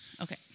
Okay